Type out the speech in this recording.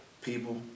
people